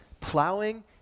plowing